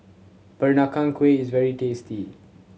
Peranakan Kueh is very tasty